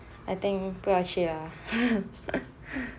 I think 不要去 lah